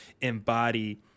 embody